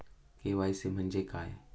KYC म्हणजे काय?